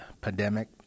pandemic